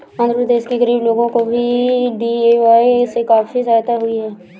आंध्र प्रदेश के गरीब लोगों को भी डी.ए.वाय से काफी सहायता हुई है